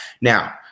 Now